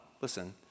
listen